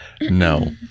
No